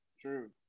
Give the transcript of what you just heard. True